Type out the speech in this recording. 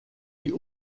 die